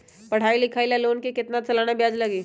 पढाई लिखाई ला लोन के कितना सालाना ब्याज लगी?